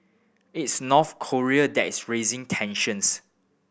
it's North Korea that is raising tensions